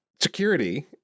Security